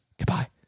Goodbye